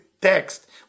text